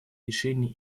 решений